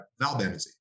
valbenazine